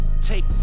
Take